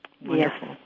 Wonderful